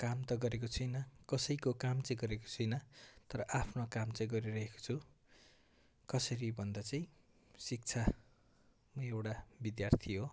काम त गरेको छैन कसैको काम चाहिँ गरेको छैन तर आफ्नो काम चाहिँ गरिरहेको छु कसरी भन्दा चाहिँ शिक्षा म एउटा विद्यार्थी हो